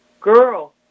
girl